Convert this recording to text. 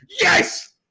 yes